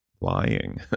lying